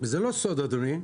זה לא סוד, אדוני,